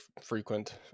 frequent